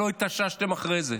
ולא התאוששתם אחרי זה.